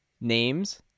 names